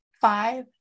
five